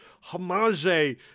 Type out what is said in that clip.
Homage